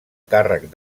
càrrec